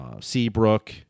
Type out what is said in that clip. Seabrook